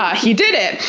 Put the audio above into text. he did it.